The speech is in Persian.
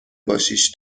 باشیش